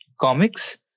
comics